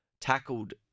tackled